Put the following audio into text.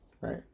right